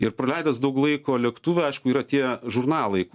ir praleidęs daug laiko lėktuve aišku yra tie žurnalai